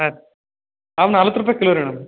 ಆಯ್ತ್ ಅವು ನಲ್ವತ್ತು ರೂಪಾಯಿ ಕಿಲೋ ರೀ ಮೇಡಮ್